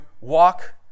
walk